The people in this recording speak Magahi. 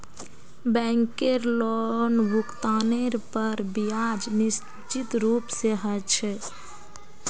बैंकेर लोनभुगतानेर पर ब्याज निश्चित रूप से ह छे